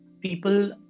people